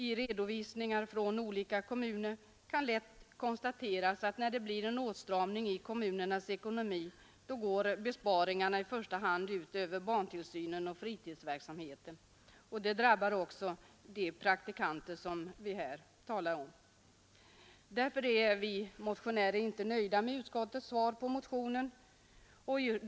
I redovisningar från olika kommuner kan lätt konstateras att när det blir en åtstramning i kommunernas ekonomi går besparingarna i första hand ut över barntillsynen och fritidsverksamheten. Det drabbar också de praktikanter som vi här talar om. Vi motionärer är inte nöjda med utskottets svar på motionen.